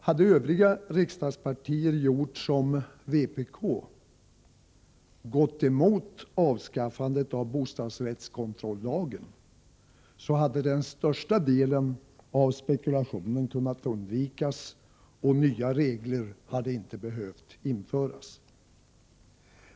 Hade övriga riksdagspartier gjort som vpk — gått emot avskaffandet av bostadsrättskontrollagen — hade den största delen av spekulationen kunnat undvikas och nya regler hade inte behövt införas.